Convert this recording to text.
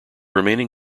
remaining